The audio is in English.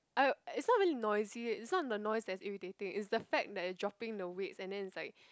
I it's not really noisy it's not the noise that's irritating it's the fact that dropping the weights and then it's like